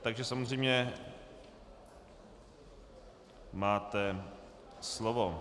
Takže samozřejmě máte slovo.